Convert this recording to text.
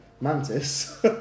Mantis